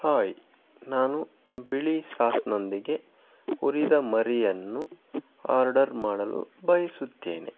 hi ನಾನು ಬಿಳಿ ಸಾಸ್ನೊಂದಿಗೆ ಹುರಿದ ಮರಿಯನ್ನು ಆರ್ಡರ್ ಮಾಡಲು ಬಯಸುತ್ತೇನೆ